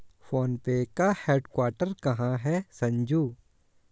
Phone पे का headquarter कहां है संजू?